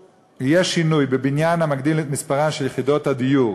שינוי בבניין המגדיל את מספרן של יחידות הדיור